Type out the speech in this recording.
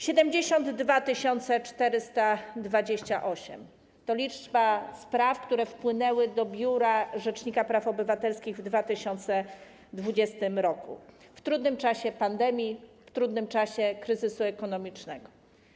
72 428 - to liczba spraw, które wpłynęły do Biura Rzecznika Praw Obywatelskich w 2020 r., w trudnym czasie pandemii, w trudnym czasie kryzysu ekonomicznego.